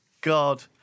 God